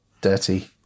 dirty